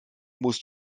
musst